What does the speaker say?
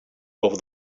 over